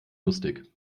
lustig